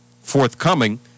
forthcoming